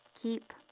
Keep